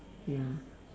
ya